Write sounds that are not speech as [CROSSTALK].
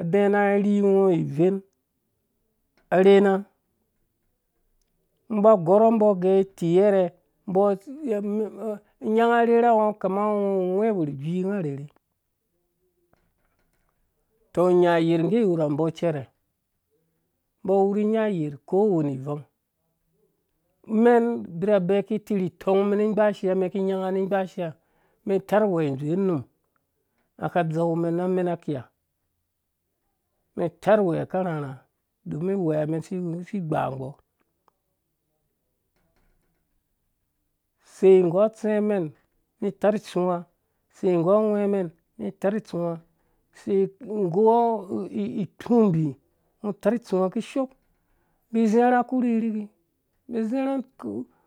adɛɛ na rhi ngɔ iven a rhena ngo ba gɔrhɔ mbɔ gɛ itiyerge mbɔ [HESITATION] a nyanga arherha ngɔ kama whewhergwi nga rherhe tɔ inya yerh ngge wurha mbɔ cɛrɛ mbɔ awu rhi inya yerh ko wane ivang mɛn birha bɛɛ ki lirhi tɔngmɛn ni gbashia mɛn ki nyanga ni gbashia men itarh uwɛ idzowɛ unum nga ka dzeu mɛn na melna kiha mɛn tarh uwɛ ka rharha domin uwɛ me n si gbangbɔ sei nggu atsɛ mɛn nu tarh tsuwha sei nggu awhɛmɛn nu tarh tsuwa kishoo [HESITATION] mbi zarha ku rhirhiki mbi zarha ku